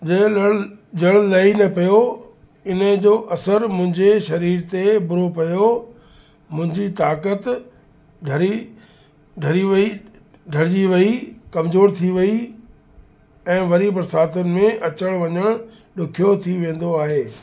जे लहण जण लही न पियो हिनजो असरु मुंहिंजे सरीर ते बुरो पियो मुंहिंजी ताक़त ढरी ढरी वेई ढरिजी वई कमज़ोरु थी वेई ऐं वरी बरसातियुनि में अचण वञण ॾुखियो थी वेंदो आहे